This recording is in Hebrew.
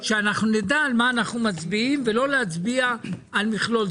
שאנחנו נדע על מה אנחנו מצביעים ולא להצביע על מכלול.